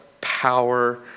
power